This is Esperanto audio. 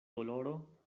doloro